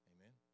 Amen